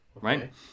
right